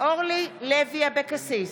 אורלי לוי אבקסיס,